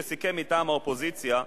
שסיכם מטעם האופוזיציה,